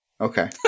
okay